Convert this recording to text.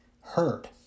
heard